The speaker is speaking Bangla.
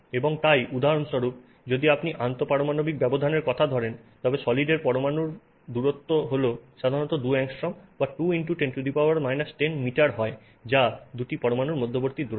এবং তাই উদাহরণস্বরূপ যদি আপনি আন্তঃপারমাণবিক ব্যবধানের কথা ধরেন তবে সলিডের মধ্যে পরমাণুর দূরত্ব সাধারণত 2 অ্যাংস্ট্রোম বা 2 × 10 10 মিটার হয় যা 2 টি পরমাণুর মধ্যবর্তী দূরত্ব